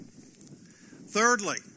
Thirdly